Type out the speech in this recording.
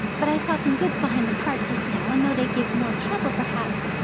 but i saw some goods behind the cart just now and though they give more trouble, perhaps,